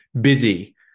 busy